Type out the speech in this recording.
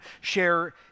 share